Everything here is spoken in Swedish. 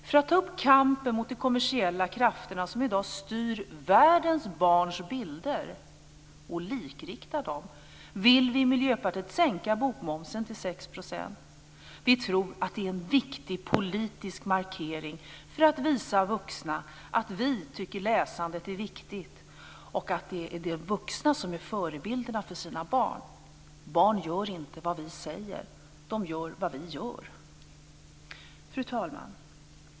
För att ta upp kampen mot de kommersiella krafterna som i dag styr världens barns bilder och likriktar dem vill vi i Miljöpartiet sänka bokmomsen till 6 %. Vi tror att det är en viktig politisk markering för att visa vuxna att vi tycker att läsandet är viktigt och att det är de vuxna som är förebilderna för sina barn. Barn gör inte det vi säger, de gör det vi gör. Fru talman!